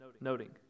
noting